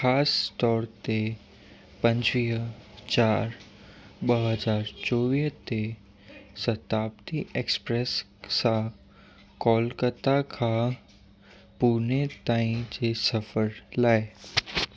ख़ासि तौर ते पंजवीह चारि ॿ हज़ार चोवीह ते शताब्दी एक्सप्रेस सां कोलकाता खां पूने ताईं जी सफ़र लाइ